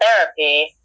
therapy